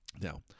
Now